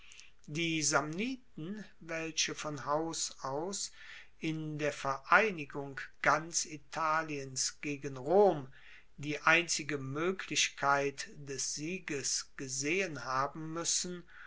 die samniten welche von haus aus in der vereinigung ganz italiens gegen rom die einzige moeglichkeit des sieges gesehen haben muessen